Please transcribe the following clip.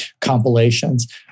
compilations